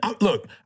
look